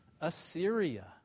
Assyria